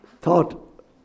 thought